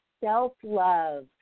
self-love